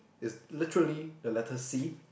is literally the letter C